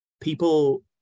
people